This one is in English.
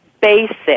basic